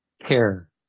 care